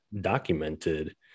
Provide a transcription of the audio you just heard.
documented